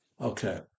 Okay